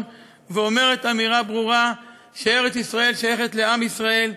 ואומרת אמירה ברורה שארץ-ישראל שייכת לעם ישראל,